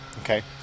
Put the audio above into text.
Okay